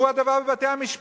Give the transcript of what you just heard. והוא הדבר בבתי-המשפט.